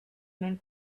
man